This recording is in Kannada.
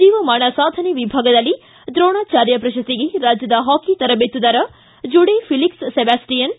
ಜೀವಮಾನ ಸಾಧನೆ ವಿಭಾಗದಲ್ಲಿ ದ್ರೋಣಾಚಾರ್ಯ ಪ್ರಶಸ್ತಿಗೆ ರಾಜ್ಯದ ಹಾಕಿ ತರಬೇತುದಾರ ಜುಡೆ ಫೆಲಿಕ್ಸ್ ಸೆಬಾಸ್ವಿಯನ್